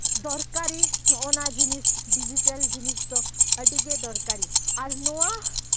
ᱫᱚᱨᱠᱟᱨᱤ ᱦᱚᱜᱼᱚᱭ ᱱᱟ ᱡᱤᱱᱤᱥ ᱰᱤᱡᱤᱴᱮᱞ ᱡᱤᱱᱤᱥ ᱫᱚ ᱟᱹᱰᱤᱜᱮ ᱫᱚᱨᱠᱟᱨᱤ ᱟᱨ ᱱᱚᱣᱟ